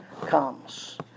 comes